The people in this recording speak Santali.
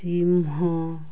ᱥᱤᱢ ᱦᱚᱸ